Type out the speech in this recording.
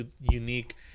unique